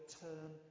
turn